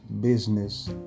business